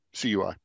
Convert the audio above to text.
CUI